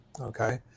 okay